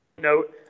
note